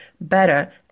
better